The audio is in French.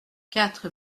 quatre